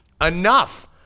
enough